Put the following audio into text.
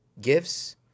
gifts